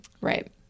Right